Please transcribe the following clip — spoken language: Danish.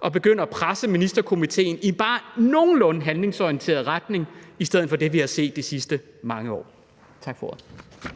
og begynde at presse Ministerkomiteen i en bare nogenlunde handlingsorienteret retning i stedet for det, vi har set de sidste mange år. Tak for ordet.